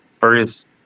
first